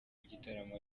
gitaramo